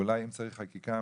ואולי אם צריך חקיקה,